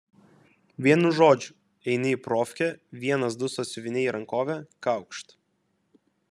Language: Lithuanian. vienu žodžiu eini į profkę vienas du sąsiuviniai į rankovę kaukšt